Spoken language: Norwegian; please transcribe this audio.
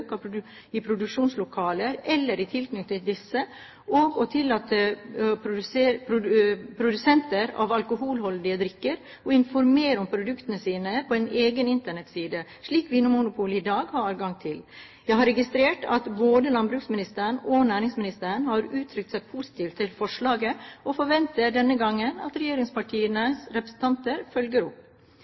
besøk i produksjonslokaler eller i tilknytning til disse og å tillate produsenter av alkoholholdige drikker å informere om produktene sine på en egen Internett-side, slik Vinmonopolet i dag har adgang til. Jeg har registrert at både landbruksministeren og næringsministeren har uttrykt seg positivt til forslaget, og forventer denne gang at regjeringspartienes representanter følger opp.